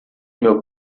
meu